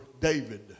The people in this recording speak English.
David